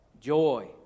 joy